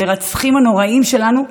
המרצחים הנוראים שלנו,